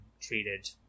treated